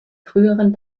früheren